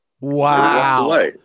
Wow